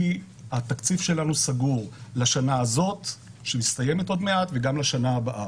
כי התקציב שלנו סגור לשנה הזאת שמסתיימת עוד מעט וגם לשנה הבאה.